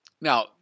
Now